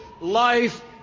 life